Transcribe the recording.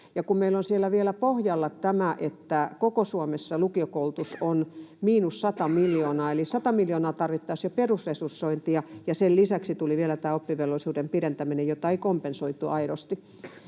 Ja meillä on siellä vielä pohjalla tämä, että koko Suomessa lukiokoulutus on miinus sata miljoonaa, eli sata miljoonaa tarvittaisiin jo perusresursointia, ja sen lisäksi tuli vielä tämä oppivelvollisuuden pidentäminen, jota ei kompensoitu aidosti.